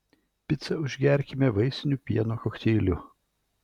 picą užgerkime vaisiniu pieno kokteiliu